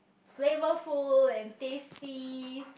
flavor food and tasty